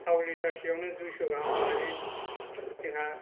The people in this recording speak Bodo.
थाव लिटारसेयावनो दुइस' गाहाम लायो जोंहा